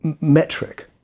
metric